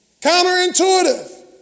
counterintuitive